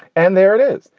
and there it is.